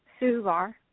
Suvar